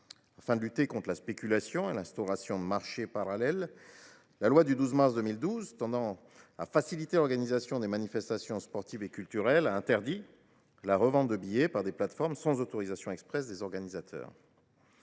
Afin de lutter contre la spéculation et l’instauration de marchés parallèles, la loi du 12 mars 2012 tendant à faciliter l’organisation des manifestations sportives et culturelles a interdit la revente de billets par des plateformes sans autorisation expresse des organisateurs.